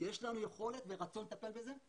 יש לנו יכולת ורצון לטפל בזה,